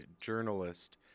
journalist